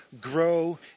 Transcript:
grow